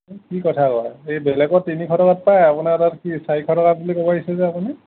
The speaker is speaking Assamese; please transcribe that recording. কি কথা কয় এই বেলেগত তিনিশ টকাত পায় আপোনাৰ তাত কি চাৰিশ টকা বুলি ক'ব আহিছে যে আপুনি